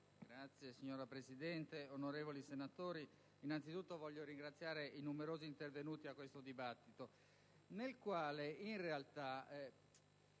finanze*. Signora Presidente, onorevoli senatori, voglio anzitutto ringraziare i numerosi intervenuti a questo dibattito, nel quale, in realtà,